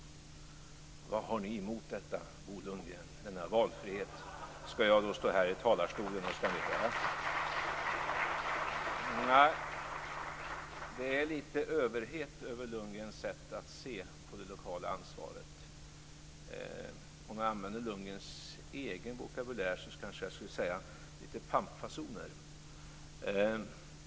Ska jag då stå här i talarstolen och fråga Bo Lundgren: Vad har ni emot denna valfrihet? Nej, det är lite av överhet över Lundgrens sätt att se på det lokala ansvaret. Om jag använder Lundgrens egen vokabulär skulle jag kanske säga att det är pampfasoner.